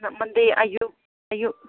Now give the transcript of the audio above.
ꯃꯟꯗꯦ ꯑꯌꯨꯛ ꯑꯌꯨꯛ